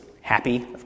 happy